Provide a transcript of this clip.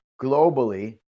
globally